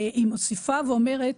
היא מוסיפה ואומרת,